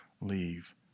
leave